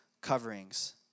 coverings